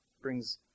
Brings